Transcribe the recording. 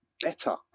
Better